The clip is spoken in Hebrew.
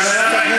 מנוגד.